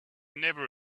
never